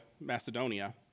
Macedonia